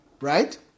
right